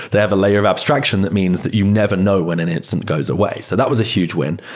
they have a layer of abstraction that means that you never know when an instance goes away. so that was a huge win.